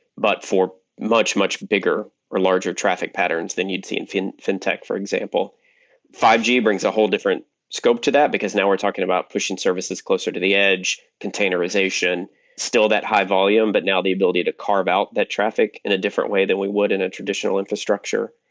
but for much, much bigger or larger traffic patterns than you'd see and in fintech, for example five g brings a whole different scope to that, because now we're talking about pushing services closer to the edge, containerization still that high volume, but now the ability to carve out that traffic in a different way than we would in a traditional infrastructure.